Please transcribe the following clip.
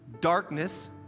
Darkness